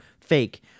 fake